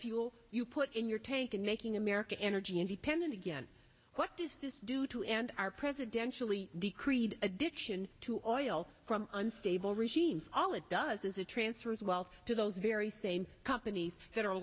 fuel you put in your tank and making america energy independent again what does this do to and our presidential decreed addiction to oil from unstable regimes all it does is it transfers wealth to those very same companies